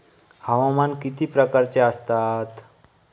हवामान किती प्रकारचे असतात?